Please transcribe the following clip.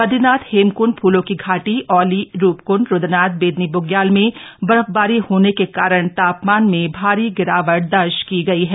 बद्रीनाथ हेमकुंड फूलों की घाटी औली रूपकंड रुद्रनाथ बेदिनी बुग्याल में बर्फबारी होने के कारण तापमान में भारी गिरावट दर्ज की गई है